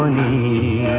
e